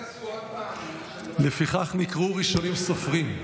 לפיכך נקראו הראשונים סופרים,